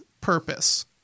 purpose